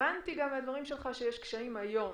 הבנתי מדבריך שיש גם קשיים היום